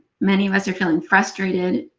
many of us are feeling frustration,